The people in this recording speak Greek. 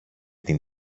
την